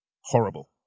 Horrible